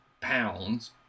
pounds